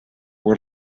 were